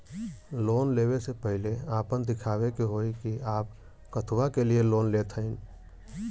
Loan ले वे से पहिले आपन दिखावे के होई कि आप कथुआ के लिए लोन लेत हईन?